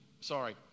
Sorry